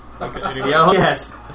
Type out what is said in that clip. Yes